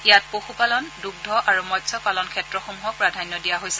ইয়াত পশুপালন দুগ্ধ আৰু মৎস্যপালন ক্ষেত্ৰসমূহক প্ৰাধান্য দিয়া হৈছে